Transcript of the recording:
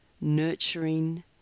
nurturing